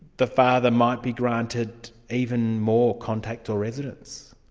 the father might be granted even more contact or residence?